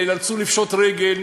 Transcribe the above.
נאלצו לפשוט רגל,